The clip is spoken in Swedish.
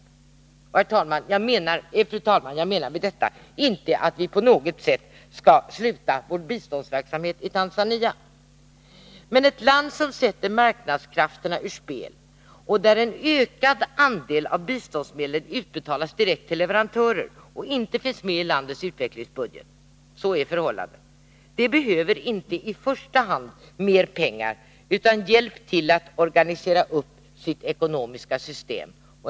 Fru talman! Jag menar med detta inte att vi på något sätt skall sluta vår biståndsverksamhet i Tanzania. Men ett land som sätter marknadskrafterna ur spel och där en ökad del av biståndsmedlen utbetalas till leverantörer och inte finns med i landets utvecklingsbudget — så är förhållandena — behöver inte i första hand mer pengar utan hjälp till att organisera sitt ekonomiska system.